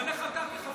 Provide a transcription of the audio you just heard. הכול